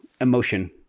emotion